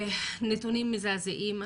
נתונים מזעזעים.